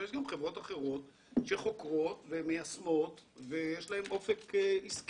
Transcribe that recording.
אבל יש לנו גם חברות אחרות שחוקרות ומיישמות ויש להן אופק עסקי.